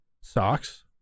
Socks